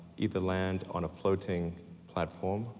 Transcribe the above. either land on a floating platform,